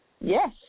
Yes